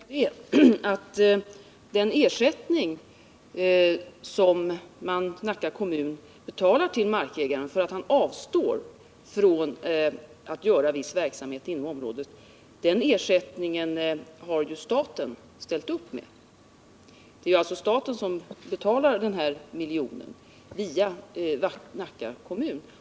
Herr talman! Den ersättning som Nacka kommun betalar till markägaren för att han avstår från att bedriva viss verksamhet inom området har ju staten ställt upp med. Det är alltså staten som betalar den här miljonen via Nacka kommun.